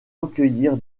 recueillir